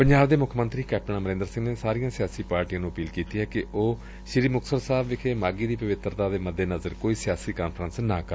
ਪੰਜਾਬ ਦੇ ਮੁੱਖ ਮੰਤਰੀ ਕੈਪਟਨ ਅਮਰਿੰਦਰ ਸਿੰਘ ਨੇ ਸਾਰੀਆਂ ਸਿਆਸੀ ਪਾਰਟੀਆਂ ਨੂੰ ਅਪੀਲ ਕੀਤੀ ਏ ਕਿ ਉਹ ਸ੍ਰੀ ਮੁਕਤਸਰ ਸਾਹਿਬ ਵਿਖੇ ਮਾਘੀ ਦੀ ਪਵਿੱਤਰਤਾ ਦੇ ਮੱਦੇ ਨਜ਼ਰ ਕੋਈ ਸਿਆਸੀ ਕਾਨਫਰੰਸ ਨਾ ਕਰਨ